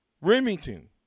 Remington